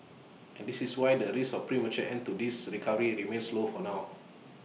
and this is why the risk of A premature end to this recovery remains low for now